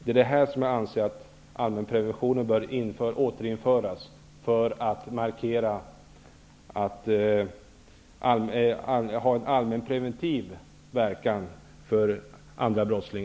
Det är sådant här som gör att jag anser att allmänpreventionen bör återinföras, just med tanke på den allmänpreventiva verkan.